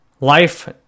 life